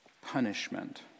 punishment